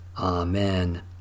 Amen